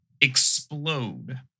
explode